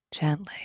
gently